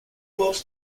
books